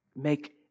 make